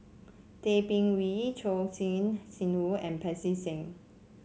Tay Bin Wee Choor Singh Sidhu and Pancy Seng